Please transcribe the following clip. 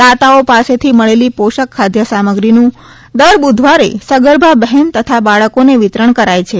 દાતાઓ ાસેથી મળેલી ઁ ોષક ખાદ્ય સામગ્રીનું વિતરણ દર બુધવારે સગર્ભા બહેન તથા બાળકોને વિતરણ કરાય છે